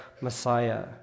Messiah